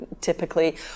typically